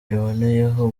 iboneyeho